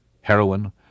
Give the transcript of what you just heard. heroin